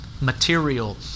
material